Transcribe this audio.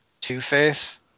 Two-Face